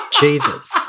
Jesus